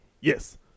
Yes